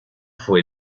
fue